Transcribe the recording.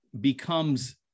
becomes